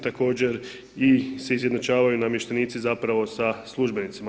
Također i se izjednačavaju namještenici zapravo sa službenicima.